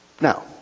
Now